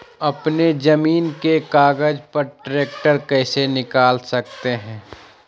अपने जमीन के कागज पर ट्रैक्टर कैसे निकाल सकते है?